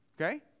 Okay